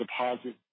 deposit